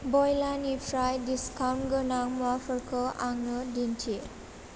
बयलानिफ्राय discount गोनां मुवाफोरखौ आंनो दिन्थि